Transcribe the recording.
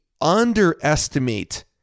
underestimate